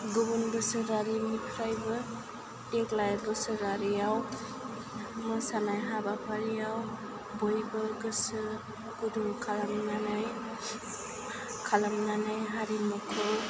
गुबुन बोसोरारिनिफ्रायबो देग्लाय बोसोरारियाव मोसानाय हाबाफारियाव बयबो गोसो गुदुं खालामनानै खालामनानै हारिमुखौ